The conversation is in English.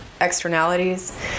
externalities